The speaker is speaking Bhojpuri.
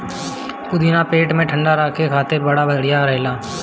पुदीना पेट के ठंडा राखे खातिर बड़ा बढ़िया रहेला